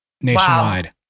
nationwide